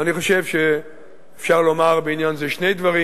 ואני חושב שאפשר לומר בעניין זה שני דברים.